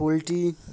poultry